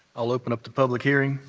i'll open up the public hearing.